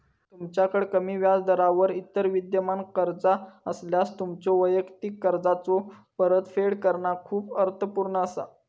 तुमच्याकड कमी व्याजदरावर इतर विद्यमान कर्जा असल्यास, तुमच्यो वैयक्तिक कर्जाचो परतफेड करणा खूप अर्थपूर्ण असा